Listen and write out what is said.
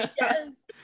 Yes